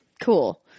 Cool